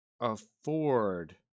afford